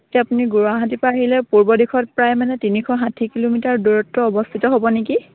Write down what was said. এতিয়া আপুনি গুৱাহাটী পৰা আহিলে পূৰ্ব দিশত প্ৰায় মানে তিনিশ ষাঠি কিলোমিটাৰ দূৰত্বত অৱস্থিত হ'ব নেকি